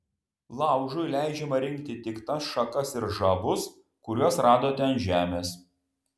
laužui leidžiama rinkti tik tas šakas ir žabus kuriuos radote ant žemės